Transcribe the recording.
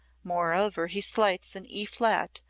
moreover he slights an e flat,